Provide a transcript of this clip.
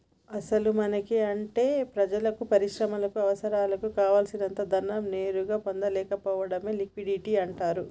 అసలు మనకి అంటే ప్రజలకు పరిశ్రమలకు అవసరాలకు కావాల్సినంత ధనం నేరుగా పొందలేకపోవడమే లిక్విడిటీ అంటారు